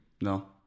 No